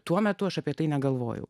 tuo metu aš apie tai negalvojau